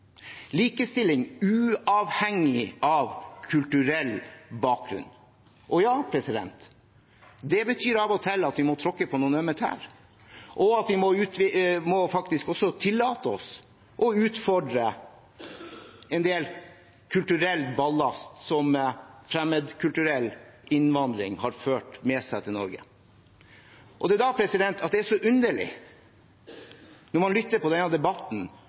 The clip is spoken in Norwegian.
likestilling – likestilling uavhengig av kulturell bakgrunn. Ja, det betyr at vi av og til må tråkke på noen ømme tær, og at vi faktisk må tillate oss å utfordre en del kulturell ballast som fremmedkulturell innvandring har ført med seg til Norge. Det er da det er så underlig å lytte til denne debatten,